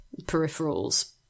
peripherals